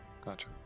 Gotcha